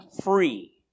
free